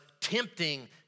tempting